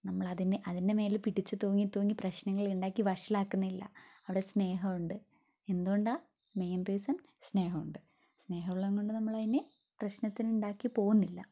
നമ്മൾ അതിനെ അതിൻ്റെ മേലിൽ പിടിച്ചു തൂങ്ങി തൂങ്ങി പ്രശ്നങ്ങൾ ഉണ്ടാക്കി വഷളാക്കുന്നില്ല അവിടെ സ്നേഹമുണ്ട് എന്തുകൊണ്ടാണ് മെയിൻ റീസൺ സ്നേഹമുണ്ട് സ്നേഹമുള്ളതും കൊണ്ട് നമ്മളതിന് പ്രശ്നത്തിന് ഉണ്ടാക്കി പോകുന്നില്ല